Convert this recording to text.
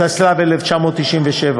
התשל"ז 1977,